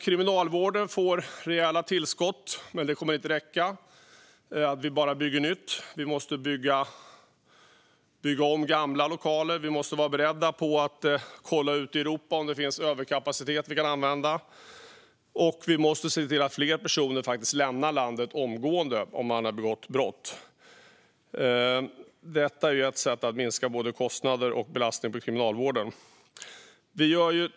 Kriminalvården får rejäla tillskott, men det kommer inte att räcka att vi bara bygger nytt. Vi måste även bygga om gamla lokaler, och vi måste vara beredda att kolla ute i Europa om det finns överkapacitet vi kan använda. Vi måste också se till att fler personer som har begått brott faktiskt lämnar landet omgående. Det är ett sätt att minska både kostnader och belastningen på Kriminalvården.